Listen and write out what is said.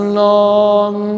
long